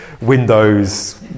windows